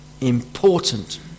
important